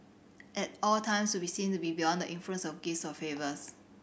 at all times be seen to be beyond the influence of gifts or favours